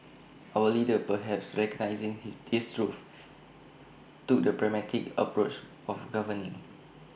our leaders perhaps recognising his this truth took the pragmatic approach of governing